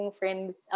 friends